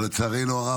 אבל לצערנו הרב,